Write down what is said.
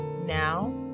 Now